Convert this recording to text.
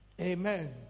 Amen